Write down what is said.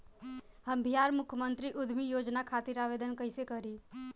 हम बिहार मुख्यमंत्री उद्यमी योजना खातिर आवेदन कईसे करी?